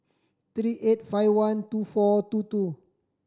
three eight five one two four two two